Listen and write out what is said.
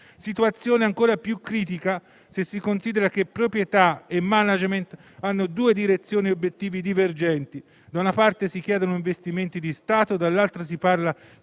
situazione è ancora più critica se si considera che proprietà e *management* hanno due direzioni e obiettivi divergenti: da una parte, si chiedono investimenti di Stato; dall'altra, si parla di